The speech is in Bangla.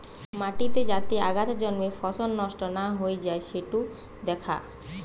মাটিতে যাতে আগাছা জন্মে ফসল নষ্ট না হৈ যাই সিটো দ্যাখা